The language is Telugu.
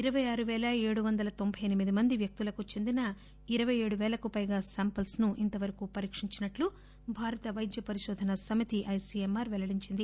ఇరవై ఆరు పేల ఏడు వందల తొంభై ఎనిమిది మంది వ్యక్తులకు చెందిన ఇరపై ఏడు పేలకు పైగా సాంపిల్స్ ను ఇంతవరకు పరీక్షించినట్టు భారత వైద్య పరిశోధన సమితి పెల్లడించింది